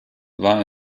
war